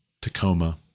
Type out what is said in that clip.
Tacoma